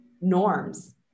norms